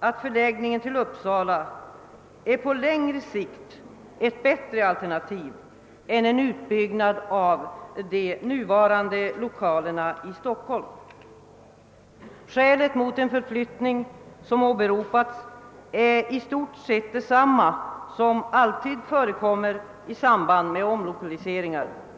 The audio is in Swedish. att förläggningen till Uppsala är ett bättre alternativ på längre sikt än en utbyggnad av de nuvarande lokalerna i Stockholm. De åberopade argumenten mot en förflyttning överensstämmer i stort sett med dem som alltid förekommer vid omlokaliseringar.